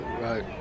Right